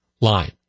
line